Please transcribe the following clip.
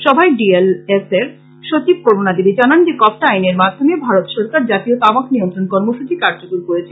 সভায় D L S A র সচিব করুনা দেবী জানান যে কপটা আইনের মাধ্যমে ভারত সরকার জাতীয় তামাক নিয়নন্ত্রণ কর্মসূচী কার্যকর করেছে